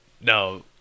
No